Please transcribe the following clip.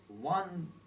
one